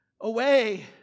away